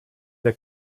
der